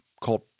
called